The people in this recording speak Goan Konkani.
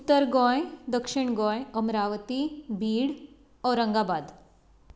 उत्तर गोंय दक्षीण गोंय अम्रावती भीड औरंगाबाद